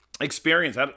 experience